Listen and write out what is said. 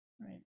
Right